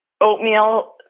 oatmeal